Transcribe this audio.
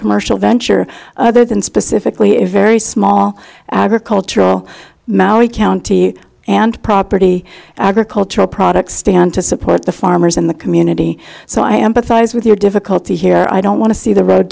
commercial venture other than specifically a very small agricultural malory county and property agricultural products stand to support the farmers in the community so i am pathetic with your difficulty here i don't want to see the road